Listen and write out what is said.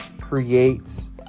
creates